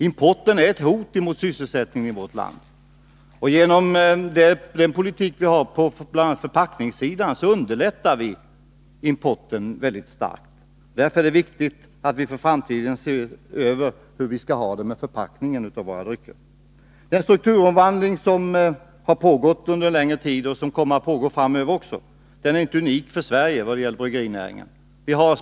Importen är ett hot mot sysselsättningen i vårt land, och genom den politik som förs på bl.a. förpackningssidan underlättar vi importen mycket starkt. Därför är det viktigt att för framtiden se över hur vi skall ha det när det gäller förpackningen av våra drycker. Den strukturomvandling som har pågått när det gäller bryggerinäringen under en längre tid och som kommer att pågå framöver är inte unik för Sverige.